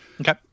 Okay